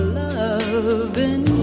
loving